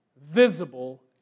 visible